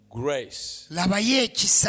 grace